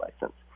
license